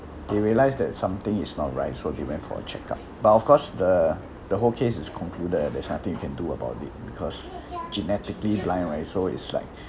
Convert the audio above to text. they realised that something is not right so they went for a check-up but of course the the whole case is concluded and there's nothing you can do about it because genetically blind right so it's like